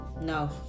No